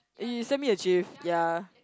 eh you send me a gif ya